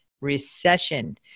recession